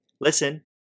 listen